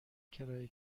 کرایه